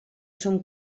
som